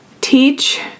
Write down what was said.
teach